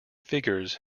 figures